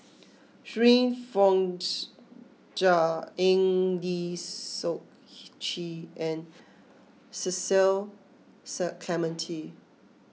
Shirin Fozdar Eng Lee Seok Chee and Cecil Clementi